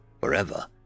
forever